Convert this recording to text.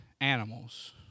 animals